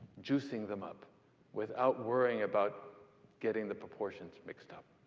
juicing them up without worrying about getting the proportions mixed up.